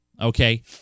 okay